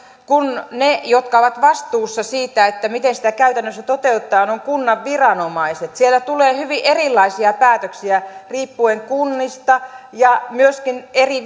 kun ne jotka ovat vastuussa siitä miten sitä käytännössä toteutetaan ovat kunnan viranomaiset silloin siellä tulee hyvin erilaisia päätöksiä riippuen kunnista ja myöskin eri